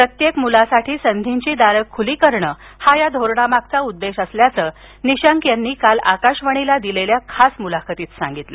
प्रत्येक मुलासाठी संधीची दारं खुली करणं हा या धोरणामागचा उद्देश असल्याचं निशंक यांनी काल आकाशवाणीला दिलेल्या खास मुलाखतीत सांगितलं